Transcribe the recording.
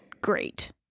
great